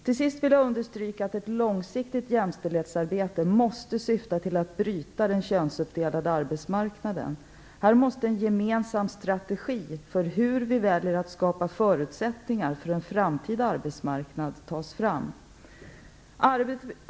Till sist vill jag understryka att ett långsiktigt jämställdhetsarbete måste syfta till att bryta den könsuppdelade arbetsmarknaden. Här måste en gemensam strategi för hur vi väljer att skapa förutsättningar för en framtida arbetsmarknad tas fram.